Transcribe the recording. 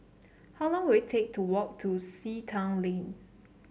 how long will it take to walk to Sea Town Lane